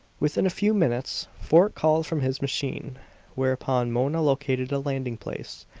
within a few minutes fort called from his machine whereupon mona located a landing-place,